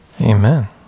Amen